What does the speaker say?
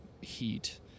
heat